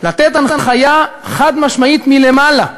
לתת הנחיה חד-משמעית מלמעלה,